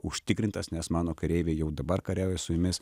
užtikrintas nes mano kareiviai jau dabar kariauja su jumis